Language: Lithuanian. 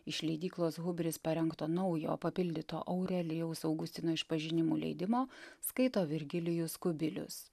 iš leidyklos hubris parengto naujo papildyto aurelijaus augustino išpažinimų leidimo skaito virgilijus kubilius